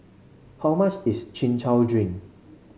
how much is Chin Chow Drink